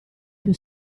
più